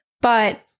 But-